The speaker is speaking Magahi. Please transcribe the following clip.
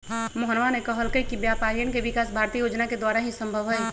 मोहनवा ने कहल कई कि व्यापारियन के विकास भारतीय योजना के द्वारा ही संभव हई